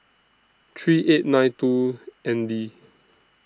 three eight nine two N D